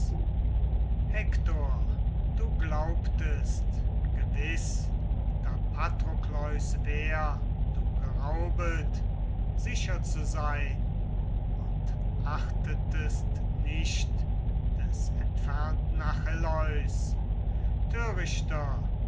hektor du glaubtest gewiß da patrokleus wehr du geraubet sicher zu sein und achtetest nicht des entfernten achilleus